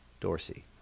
Dorsey